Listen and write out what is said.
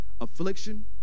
Affliction